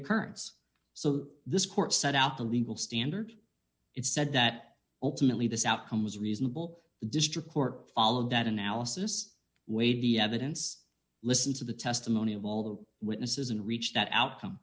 occurrence so this court set out the legal standard it said that ultimately this outcome was reasonable the district court followed that analysis weighed the evidence listen to the testimony of all the witnesses and reach that outcome